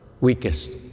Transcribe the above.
weakest